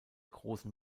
großen